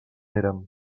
érem